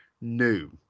new